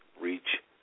Reach